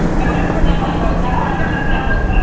and can you turn that down in the background because it's echoing.